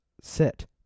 sit